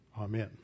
Amen